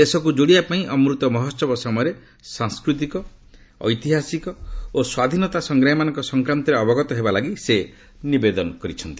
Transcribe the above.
ଦେଶକୁ ଯୋଡ଼ିବା ପାଇଁ ଅମୃତ ମହୋସବ ସମୟରେ ସାଂସ୍କୃତିକ ଐତିହାସିକ ଓ ସ୍ୱାଧୀନତା ସଂଗ୍ରାମୀମାନଙ୍କ ସଂକ୍ରାନ୍ତରେ ଅବଗତ ହେବା ଲାଗି ସେ ନିବେଦନ କରିଛନ୍ତି